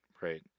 right